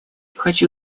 хочу